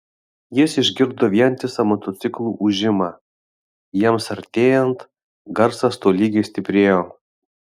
jis išgirdo vientisą motociklų ūžimą jiems artėjant garsas tolygiai stiprėjo